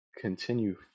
continue